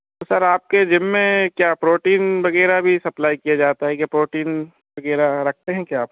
तो सर आपके जिम में क्या प्रोटीन वगैरह भी सप्लाई किया जाता है क्या प्रोटीन वगैरह रखते हैं क्या आप